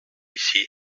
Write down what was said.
ici